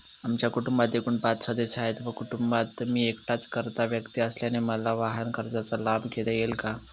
आमच्या कुटुंबात एकूण पाच सदस्य आहेत व कुटुंबात मी एकटाच कर्ता व्यक्ती असल्याने मला वाहनकर्जाचा लाभ घेता येईल का?